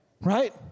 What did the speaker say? Right